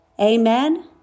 Amen